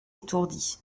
étourdi